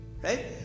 right